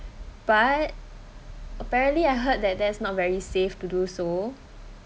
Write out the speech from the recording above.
but apparently I heard that that's not very safe to do so